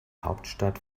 hauptstadt